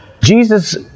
Jesus